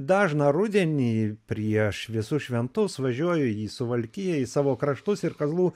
dažną rudenį prieš visus šventus važiuoju į suvalkiją į savo kraštus ir kazlų